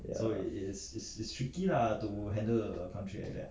ya